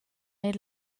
eir